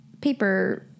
paper